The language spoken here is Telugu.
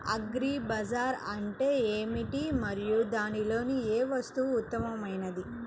అగ్రి బజార్ అంటే ఏమిటి మరియు దానిలో ఏ వస్తువు ఉత్తమమైనది?